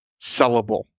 sellable